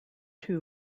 two